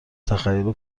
تخیل